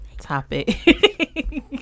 topic